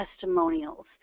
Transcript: testimonials